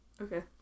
Okay